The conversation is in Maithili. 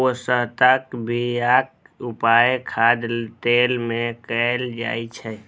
पोस्ताक बियाक उपयोग खाद्य तेल मे कैल जाइ छै